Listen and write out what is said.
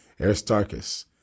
Aristarchus